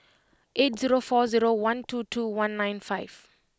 eight zero four zero one two two one nine five